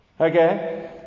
Okay